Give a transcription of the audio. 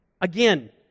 Again